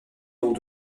dans